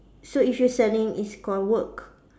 so if you selling is called work